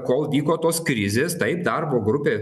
kol vyko tos krizės taip darbo grupė